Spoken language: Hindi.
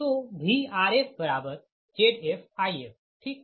तो VrfZfIfठीक